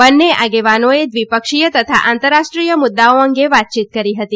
બંને આગેવાનોએ દ્વિપક્ષીય તથા આંતરરાષ્ટ્રીય મુદ્દાઓ અંગે વાતચીત કરી હતી